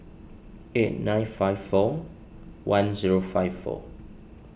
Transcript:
eight nine five four one zero five four